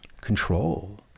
control